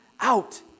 out